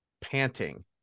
panting